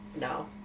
No